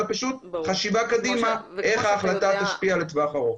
אלא פשוט חשיבה קדימה איך ההחלטה תשפיע לטווח ארוך.